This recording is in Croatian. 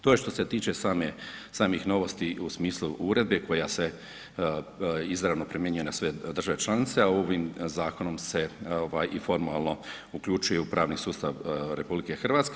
To je što se tiče same, samih novosti u smislu uredbe koja se izravno primjenjuje na sve države članice, a ovim zakonom se ovaj i formalno uključuje u pravni sustav RH.